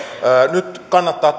nyt kannattaa